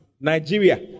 Nigeria